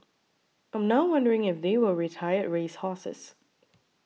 I'm now wondering if they were retired race horses